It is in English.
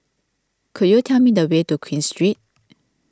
could you tell me the way to Queen Street